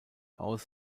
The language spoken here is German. aus